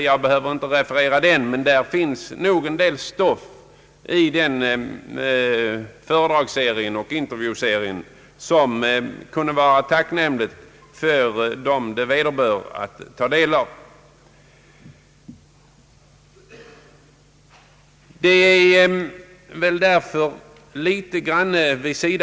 Jag behöver inte referera de intervjuer som förekommit i serien, men där finns en del stoff som kunde vara tacknämligt för dem det vederbör att ta del av.